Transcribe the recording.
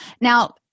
Now